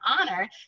honor